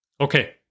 Okay